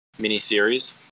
miniseries